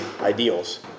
ideals